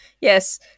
Yes